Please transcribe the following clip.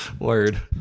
Word